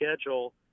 schedule